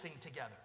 together